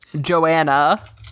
joanna